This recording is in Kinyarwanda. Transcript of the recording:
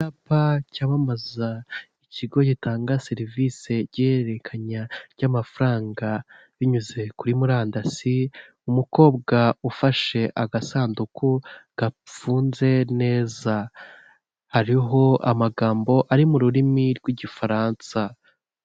Icyapa cyamamaza ikigo gitanga serivisi z'ihererekanya ry'amafaranga binyuze kuri murandasi, umukobwa ufashe agasanduku gafunze neza, hariho amagambo ari mu rurimi rw'Igifaransa.